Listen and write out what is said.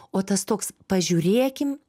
o tas toks pažiūrėkim